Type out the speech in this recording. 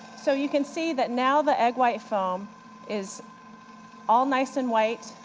so you can see that now the egg white foam is all nice and white,